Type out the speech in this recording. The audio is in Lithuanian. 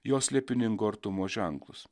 jo slėpiningo artumo ženklus